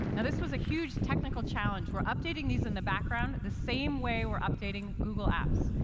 and this was a huge technical challenge. we're updating these in the background the same way we're updating google apps.